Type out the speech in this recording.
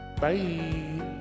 Bye